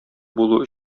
булу